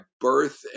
birth